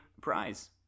prize